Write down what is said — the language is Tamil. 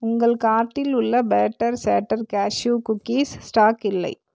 உங்கள் கார்ட்டில் உள்ள பேட்டர் சேட்டர் கேஷ்யூ குக்கீஸ் ஸ்டாக் இல்லை